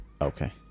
okay